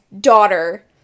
daughter